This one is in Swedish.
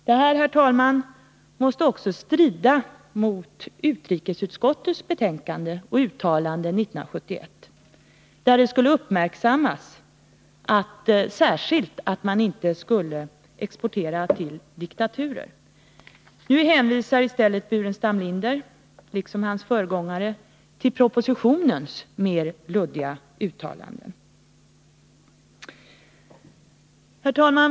Detta, herr talman, måste också strida mot utrikesutskottets betänkande och uttalanden 1971, där det särskilt uppmärksammades att man inte skall exportera till diktaturer. Nu hänvisar Staffan Burenstam Linder liksom hans föregångare i stället till propositionens mer luddiga uttalanden. Herr talman!